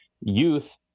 youth